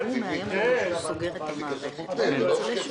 רק שתדעו